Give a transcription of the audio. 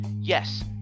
yes